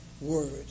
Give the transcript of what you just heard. word